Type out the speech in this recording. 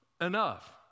enough